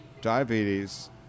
diabetes